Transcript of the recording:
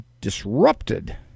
disrupted